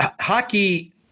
hockey